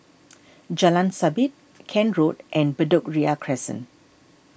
Jalan Sabit Kent Road and Bedok Ria Crescent